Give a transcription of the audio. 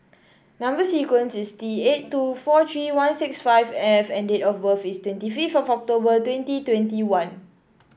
number sequence is T eight two four three one six five F and date of birth is twenty fifth of October twenty twenty one